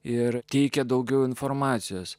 ir teikia daugiau informacijos